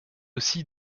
aussi